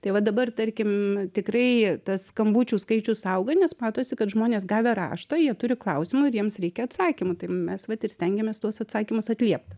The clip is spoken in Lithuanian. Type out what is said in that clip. tai va dabar tarkim tikrai tas skambučių skaičius auga nes matosi kad žmonės gavę raštą jie turi klausimų ir jiems reikia atsakymų tai mes vat ir stengiamės tuos atsakymus atliept